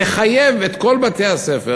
נחייב את כל בתי-הספר